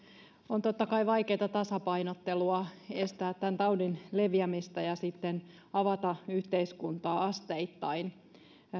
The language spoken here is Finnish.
on totta kai vaikeata tasapainottelua estää tämän taudin leviämistä ja sitten avata yhteiskuntaa asteittain